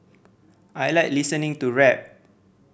I like listening to rap